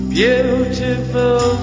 beautiful